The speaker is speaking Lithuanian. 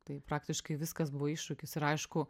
tai praktiškai viskas buvo iššūkis ir aišku